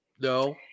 no